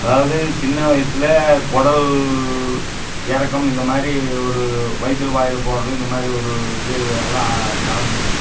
அதாவது சின்ன வயதுல குடல் இறக்கம் இந்த மாதிரி ஒரு வயித்தில் வாயில் போகிறது இந்த மாதிரி இது எல்லாம் நடந்ததுங்க